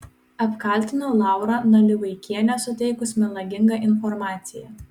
apkaltino laurą nalivaikienę suteikus melagingą informaciją